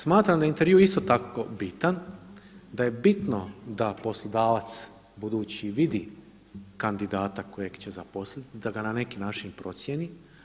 Smatram da je intervju isto tako bitan, da je bitno da poslodavac budući vidi kandidata kojeg će zaposliti, da ga na neki način procijeni.